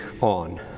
on